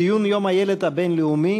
ציון יום הילד הבין-לאומי,